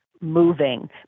moving